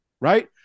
right